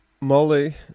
Molly